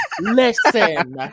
Listen